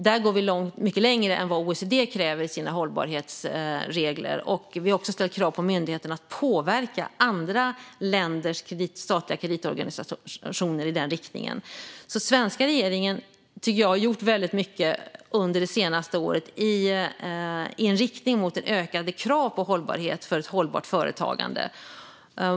Där går vi mycket längre än OECD:s krav i sina hållbarhetsregler. Vi har också ställt krav på myndigheten att påverka andra länders statliga kreditorganisationer i den riktningen. Jag tycker att den svenska regeringen har gjort väldigt mycket under det senaste året i en riktning mot ökade krav på hållbarhet för ett hållbart företagande.